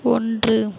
ஒன்று